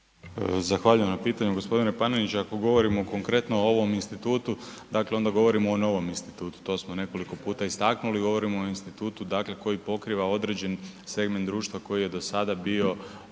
Zahvaljujem na pitanju gospodine Panenić, ako govorimo konkretno o ovom institutu, dakle onda govorimo o novom institutu, to smo nekoliko puta istaknuli. Govorimo o institutu dakle koji pokriva određeni segment društva koji je do sada bio